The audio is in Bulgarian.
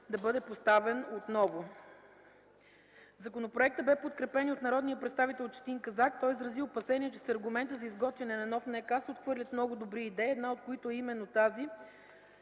да бъде поставен отново. Законопроектът бе подкрепен и от народния представител Четин Казак. Той изрази опасения, че с аргумента за изготвяне на нов НК се отхвърлят много добри идеи, една от които е именно тази